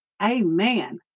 Amen